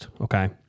okay